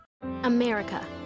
america